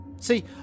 See